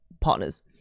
partners